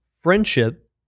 friendship